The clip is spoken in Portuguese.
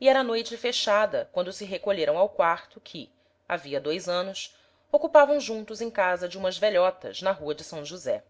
e era noite fechada quando se recolheram ao quarto que havia dois anos ocupavam juntos em casa de umas velhotas na rua de são josé